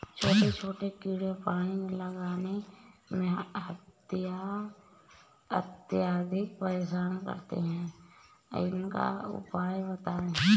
छोटे छोटे कीड़े पानी लगाने में अत्याधिक परेशान करते हैं इनका उपाय बताएं?